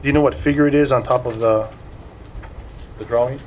you know what figure it is on top of the the drawing